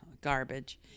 garbage